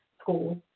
School